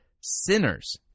sinners